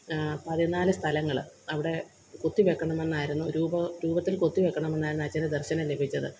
പതിനാല് സ്ഥലങ്ങൾ അവിടെ കൊത്തി വയ്ക്കണമെന്നായിരുന്നു രൂപ രൂപത്തില് കൊത്തി വയ്ക്കണമെന്നായിരുന്നു അച്ചനു ദര്ശനം ലഭിച്ചത്